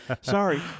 Sorry